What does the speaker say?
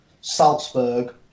Salzburg